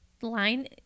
Line